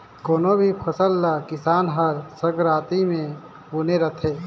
कोनो भी फसल ल किसान हर संघराती मे बूने रहथे